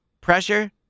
pressure